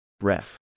Ref